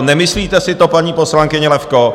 Nemyslíte si to, paní poslankyně Levko?